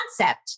concept